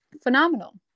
phenomenal